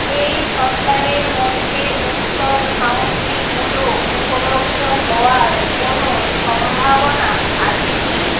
এই সপ্তাহের মধ্যে উৎসব সামগ্রীগুলো উপলব্ধ হওয়ার কোনো সম্ভাবনা আছে কি